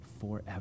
forever